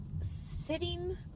sitting